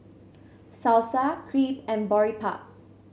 Salsa Crepe and Boribap